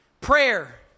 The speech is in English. prayer